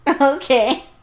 Okay